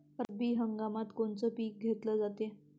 रब्बी हंगामात कोनचं पिक घेतलं जाते?